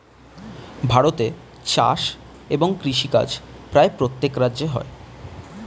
ভারতে চাষ এবং কৃষিকাজ প্রায় প্রত্যেক রাজ্যে হয়